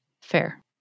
Fair